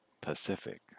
Pacific